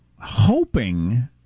hoping